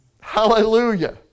Hallelujah